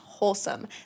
Wholesome